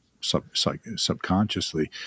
subconsciously